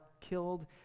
killed